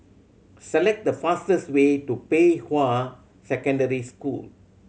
select the fastest way to Pei Hwa Secondary School